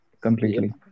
completely